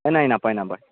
নাই নাই নাপায় নাপায়